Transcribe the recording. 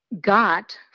got